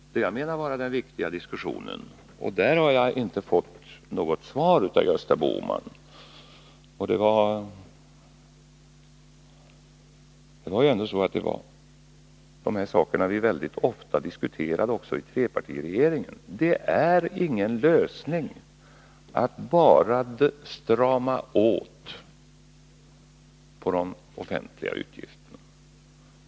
På det jag menar vara den viktiga frågan har jag inte fått något svar av Gösta Bohman. Det var ändå så, att vi väldigt ofta diskuterade de här sakerna också i trepartiregeringen. Det är ingen lösning att bara strama åt på de offentliga utgifterna.